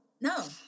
no